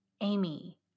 Amy